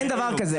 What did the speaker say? אין דבר כזה,